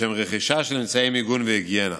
לשם רכישה של אמצעי מיגון והיגיינה.